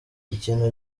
ikintu